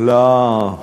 לא,